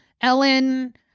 Ellen